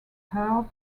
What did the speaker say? heard